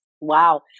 Wow